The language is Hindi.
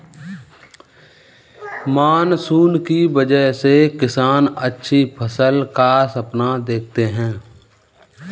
मानसून की वजह से किसान अच्छी फसल का सपना देखते हैं